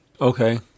okay